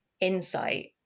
insight